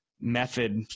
method